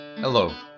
Hello